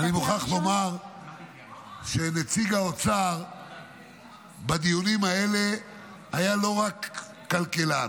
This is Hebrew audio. אני מוכרח לומר שנציג האוצר בדיונים האלה היה לא רק כלכלן.